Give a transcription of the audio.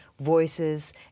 voices